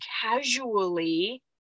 casually